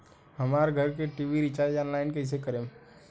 हमार घर के टी.वी रीचार्ज ऑनलाइन कैसे करेम?